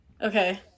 Okay